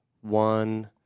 One